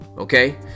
Okay